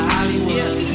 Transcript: Hollywood